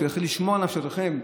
של לשמור על נפשותיכם,